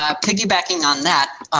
ah piggybacking on that,